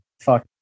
fuck